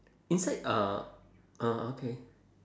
inside uh ah okay